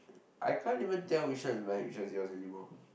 I can't even tell which one is mine which one is yours anymore